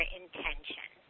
intention